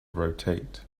rotate